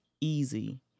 easy